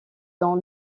dans